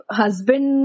husband